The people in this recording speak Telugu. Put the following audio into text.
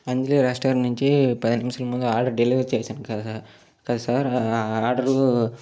అంజిలి రెస్టారెంట్ నుంచి పది నిమిషాలు ముందు ఆర్డర్ డెలివెరీ చేశాము కదా కదా సార్ ఆ ఆర్డరు